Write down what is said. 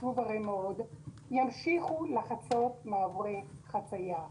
חשובים מאוד - ימשיכו לחצות מעברי חציה.